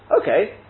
Okay